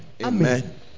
Amen